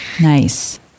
Nice